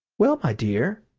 well, my dear,